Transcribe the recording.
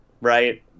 right